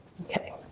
Okay